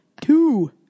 two